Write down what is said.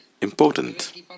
important